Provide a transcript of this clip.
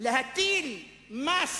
להטיל מס